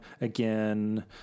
again